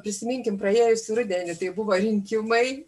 prisiminkime praėjusį rudenį tai buvo rinkimai